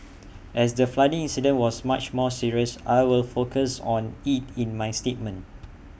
as the flooding incident was much more serious I will focus on IT in my statement